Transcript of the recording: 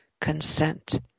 consent